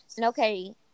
Okay